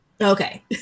Okay